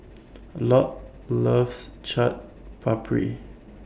Lott loves Chaat Papri